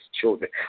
children